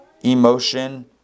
emotion